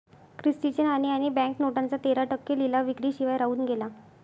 Christie चे नाणे आणि बँक नोटांचा तेरा टक्के लिलाव विक्री शिवाय राहून गेला